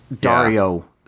Dario